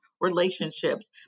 relationships